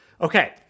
Okay